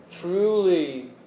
truly